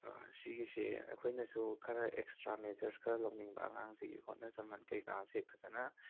ꯁꯤꯒꯁꯦ ꯑꯩꯈꯣꯏꯅꯁꯨ ꯈꯔ extra measure ꯈꯔ ꯂꯧꯅꯤꯡꯕ ꯑꯉꯥꯡꯁꯤꯒꯤ ꯍꯣꯠꯅꯖꯃꯟ ꯀꯩꯀꯥꯁꯦ ꯐꯖꯅ